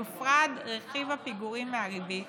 יופרד רכיב הפיגורים מהריבית,